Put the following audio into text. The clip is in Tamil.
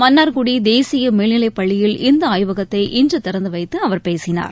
மன்னார்குடி தேசிய மேல்நிலைப் பள்ளியில் இந்த ஆய்வகத்தை இன்று திறந்து வைத்து அவர் பேசினார்